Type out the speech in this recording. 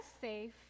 safe